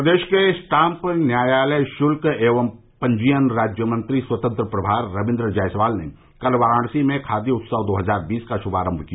प्रदेश के स्टांप न्यायालय शुल्क एवं पंजीयन राज्यमंत्री स्वतंत्र प्रभार रविंद्र जायसवाल ने कल वाराणसी में खादी उत्सव दो हजार बीस का शुभारंभ किया